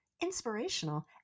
inspirational